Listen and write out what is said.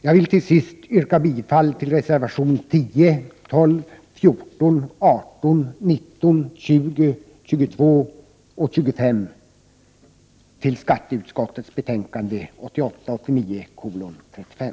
Jag vill till sist yrka bifall till reservationerna 10, 12, 14, 18, 19, 20, 22 och 25 till skatteutskottets betänkande 1988/89:35.